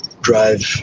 drive